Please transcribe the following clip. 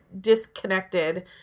disconnected